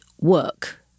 work